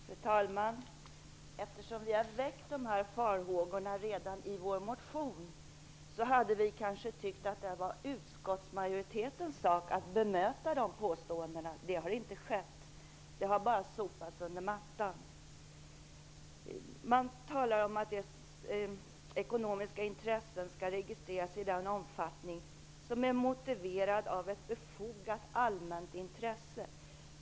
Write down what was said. Fru talman! Eftersom vi har väckt de här farhågorna redan i vår motion tycker vi kanske att det är utskottsmajoritetens sak att bemöta de påståendena. Det har inte skett. Det har bara sopats under mattan. Man talar om att ekonomiska intressen skall registreras i den omfattning som är motiverad av ett befogat allmänt intresse.